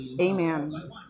Amen